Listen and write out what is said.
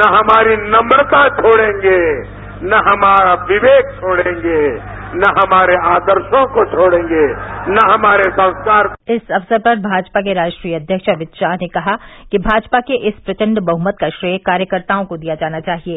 न हमारी नक्रता खायेंगे न हमारा विवेक खोयेंगे और न हमारे आदर्शो को छोड़ेंगे न हमारे संस्कार इस अवसर पर भाजपा के राष्ट्रीय अध्यक्ष अमित शाह ने कहा कि भाजपा के इस प्रचंड बहुमत का श्रेय कार्यकर्ताओं को दिया जाना चाहिये